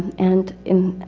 and in,